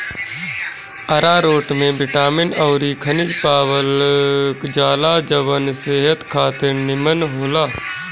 आरारोट में बिटामिन अउरी खनिज पावल जाला जवन सेहत खातिर निमन होला